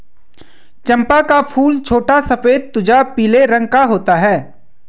चंपा का फूल छोटा सफेद तुझा पीले रंग का होता है